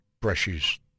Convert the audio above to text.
brushes